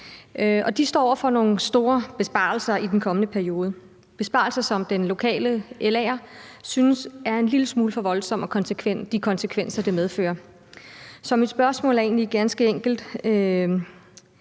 de står over for nogle store besparelser i den kommende periode – besparelser, som den lokale LA'er synes er en lille smule for voldsomme med de konsekvenser, det medfører. Så mit spørgsmål er egentlig ganske enkelt.